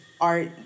art